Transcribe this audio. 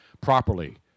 properly